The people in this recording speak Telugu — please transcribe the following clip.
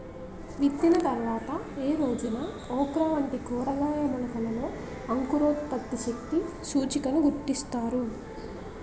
విత్తిన తర్వాత ఏ రోజున ఓక్రా వంటి కూరగాయల మొలకలలో అంకురోత్పత్తి శక్తి సూచికను గణిస్తారు?